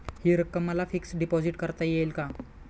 हि रक्कम मला फिक्स डिपॉझिट करता येईल का?